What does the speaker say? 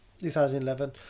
2011